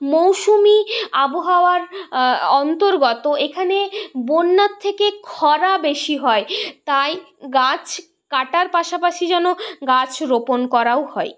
মৌসুমী আবহাওয়ার অন্তর্গত এখানে বন্যার থেকে খরা বেশি হয় তাই গাছ কাটার পাশাপাশি যেন গাছ রোপণ করাও হয়